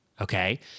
okay